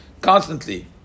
constantly